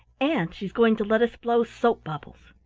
and she's going to let us blow soap-bubbles.